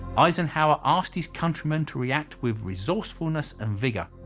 eisenhower asked his countrymen to react with resourcefulness and vigour.